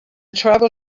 tribal